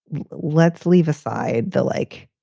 let's leave aside the like,